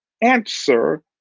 answer